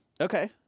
Okay